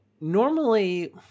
normally